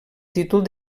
títol